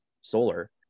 solar